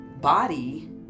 body